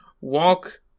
walk